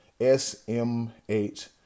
SMH